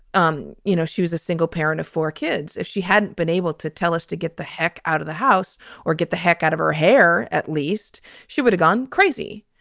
um you know, she was a single parent of four kids. if she hadn't been able to tell us to get the heck out of the house or get the heck out of her hair, at least she would've gone crazy.